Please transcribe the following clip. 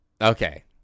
Okay